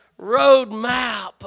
roadmap